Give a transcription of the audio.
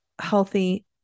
healthy